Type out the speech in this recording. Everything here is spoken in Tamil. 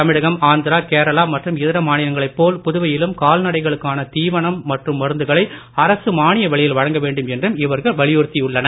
தமிழகம் ஆந்திரா கேரளா மற்றும் இதர மாநிலங்களை போல புதுவையிலும் கால்நடைகளுக்கான தீவனம் மற்றும் மருந்துகளை அரசு மானிய விலையில் வழங்க வேண்டும் என்றும் இவர்கள் வலியுறுத்தியுள்ளனர்